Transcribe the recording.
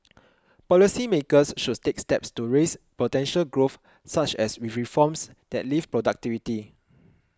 policy makers should take steps to raise potential growth such as with reforms that lift productivity